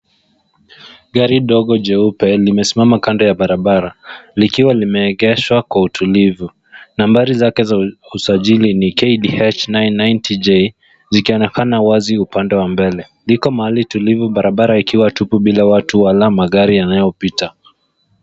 Gari dogo jeupe limesimama kando ya barabara likiwa limeegeshwa kwa utulivu. Nambari zake za usajili ni KDH 990J zikionekana wazi upande wa mbele. Liko mahali tulivu, barabara ikiwa tupu bila watu wala magari yanayopita.